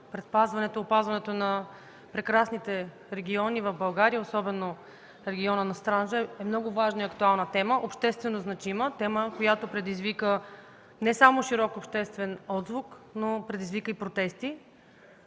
предпазването, опазването на прекрасните региони в България, особено региона на Странджа, е много важна и актуална тема, обществено значима, тема, която предизвика не само широк обществен отзвук, но предизвика и протести.